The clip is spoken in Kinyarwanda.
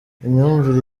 imyumvire